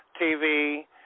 TV